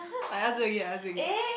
I ask you again I ask you again